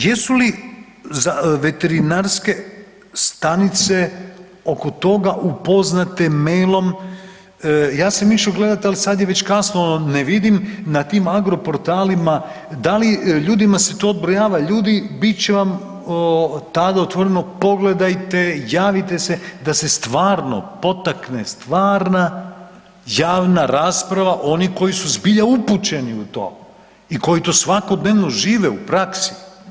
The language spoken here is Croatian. Jesu li veterinarske stanice oko toga upoznate mailom, ja sam išao gledati, ali sad je već kasno, ne vidim na tim agroportalima, da li ljudima se to odbrojava, ljudi, bit će vam tad otvoreno, pogledajte, javite se da se stvarno potakne stvarna javna rasprava onih koji su zbilja upućeni u to i koji to svakodnevno žive u praksi?